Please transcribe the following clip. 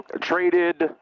traded